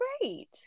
great